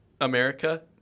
America